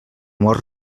mort